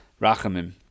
Rachamim